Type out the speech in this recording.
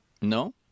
No